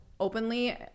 openly